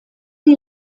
die